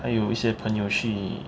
还有一些朋友去